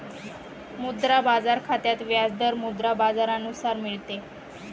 मुद्रा बाजार खात्यात व्याज दर मुद्रा बाजारानुसार मिळते